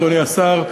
אדוני השר,